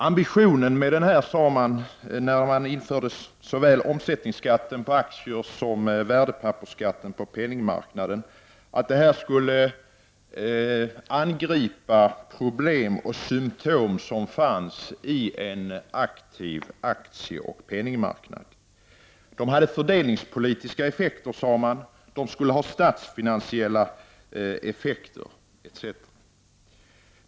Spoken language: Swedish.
Ambitionen med detta, sade man såväl när man införde omsättningsskatten på aktier som när man införde värdepappersskatten på penningmarknaden, var att dessa skatter skulle angripa problem och symptom som fanns i en aktiv aktieoch penningmarknad. Det hade fördelningspolitiska effekter. Det skulle ha statsfinansiella effekter etc.